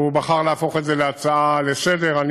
והוא בחר להפוך את זה להצעה לסדר-היום,